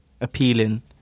appealing